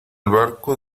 barco